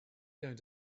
going